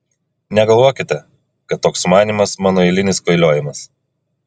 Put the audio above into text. negalvokite kad toks sumanymas mano eilinis kvailiojimas